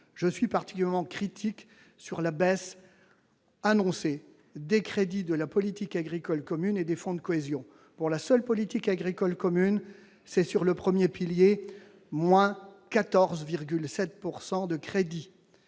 je suis particulièrement critique quant à la baisse annoncée des crédits de la politique agricole commune et des fonds de cohésion. Pour la seule politique agricole commune, cela se traduira, pour le premier pilier, par une diminution des crédits